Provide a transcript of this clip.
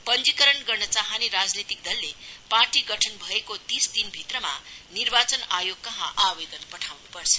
पंजीकरण गर्न चाहने राजनैतिक दलले पार्टी गठन भएको तीस दिनभित्रमा निर्वाचन आयोग कहाँ आवेदन पठाउन् पर्छ